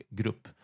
grupp